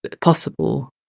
possible